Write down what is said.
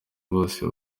bose